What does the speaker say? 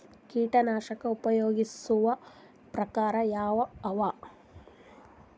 ಕೀಟನಾಶಕ ಉಪಯೋಗಿಸೊ ಪ್ರಕಾರ ಯಾವ ಅವ?